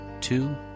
Two